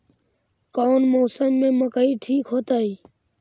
कौन मौसम में मकई ठिक होतइ?